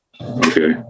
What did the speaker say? okay